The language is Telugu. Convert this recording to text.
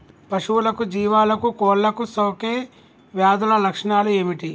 పశువులకు జీవాలకు కోళ్ళకు సోకే వ్యాధుల లక్షణాలు ఏమిటి?